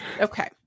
Okay